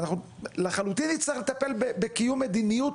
ואנחנו לחלוטין נצטרך לטפל בקיום מדיניות,